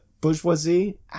bourgeoisie